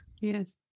Yes